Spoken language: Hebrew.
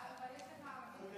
גם וגם.